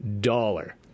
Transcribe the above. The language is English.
dollar